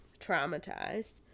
traumatized